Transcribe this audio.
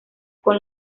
con